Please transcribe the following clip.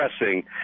pressing